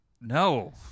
No